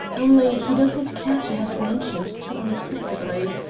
only he does not care to have it mentioned too unexpectedly.